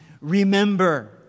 remember